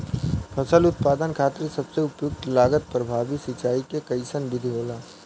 फसल उत्पादन खातिर सबसे उपयुक्त लागत प्रभावी सिंचाई के कइसन विधि होला?